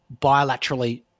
bilaterally